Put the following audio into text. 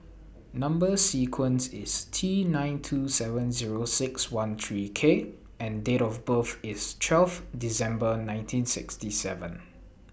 Number sequence IS T nine two seven Zero six one three K and Date of birth IS twelve December nineteen sixty seven